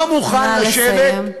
לא מוכן לשבת, נא לסיים.